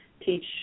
teach